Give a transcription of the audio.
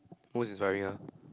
who is wearing ah